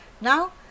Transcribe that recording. now